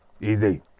Easy